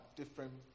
different